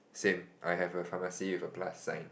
same I have a pharmacy with a plus sign